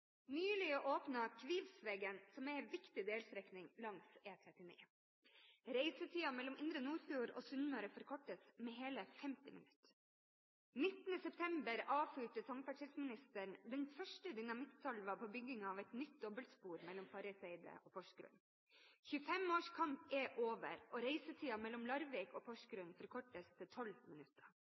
Nylig åpnet Kvivsvegen, som er en viktig delstrekning langs E39. Reisetiden mellom Indre Nordfjord og Sunnmøre forkortes med hele 50 minutter. Den 19. september avfyrte samferdselsministeren den første dynamittsalven ved byggingen av nytt dobbeltspor mellom Farriseidet og Porsgrunn. 25 års kamp er over, og reisetiden mellom Larvik og Porsgrunn forkortes til 12 minutter.